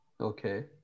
okay